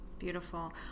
Beautiful